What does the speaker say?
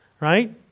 right